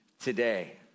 today